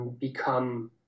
Become